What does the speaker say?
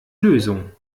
lösung